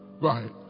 Right